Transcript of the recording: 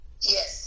Yes